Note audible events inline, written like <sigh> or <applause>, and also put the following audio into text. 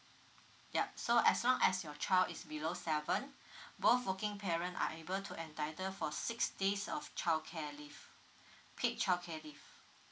yup so as long as your child is below seven <breath> both working parent are able to entitled for six days of childcare leave paid childcare leave